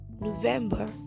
November